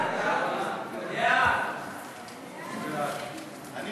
סעיפים 1 2